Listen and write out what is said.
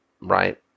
right